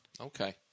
Okay